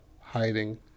hiding